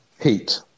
Heat